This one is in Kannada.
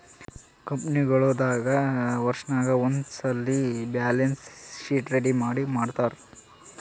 ಕಂಪನಿಗೊಳ್ ದಾಗ್ ವರ್ಷನಾಗ್ ಒಂದ್ಸಲ್ಲಿ ಬ್ಯಾಲೆನ್ಸ್ ಶೀಟ್ ರೆಡಿ ಮಾಡ್ತಾರ್